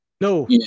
No